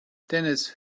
denise